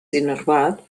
innervat